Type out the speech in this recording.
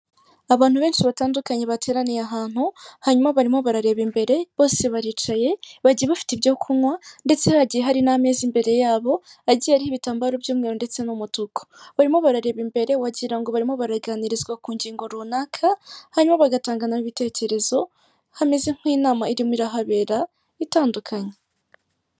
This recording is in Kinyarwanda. Abantu benshi batandukanye bateraniye ahantu, hanyuma barimo barareba imbere, bose baricaye bagiye bafite ibyo kunywa ndetse hagiye hari n'ameza imbere yabo agiye ariho ibitambaro by'umweru ndetse n'umutuku, barimo barareba imbere wagira ngo barimo baraganirizwa ku ngingo runaka, hanyuma bagatanga nabo ibitekerezo, hameze nk'inama irimo irahabera itandukanye.